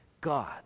God